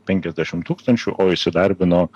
penkiasdešim tūkstančių o įsidarbino